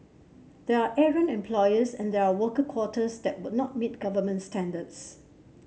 there are errant employers and there are worker quarters that would not meet government standards